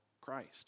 Christ